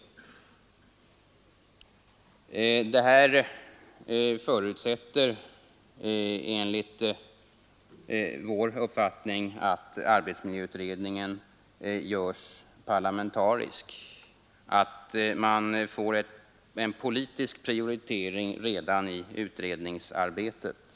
Det här förutsätter enligt vår uppfattning att arbetsmiljöutredningen görs parlamentarisk, att man får en politisk prioritering redan i utredningsarbetet.